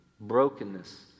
brokenness